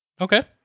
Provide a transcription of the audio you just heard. Okay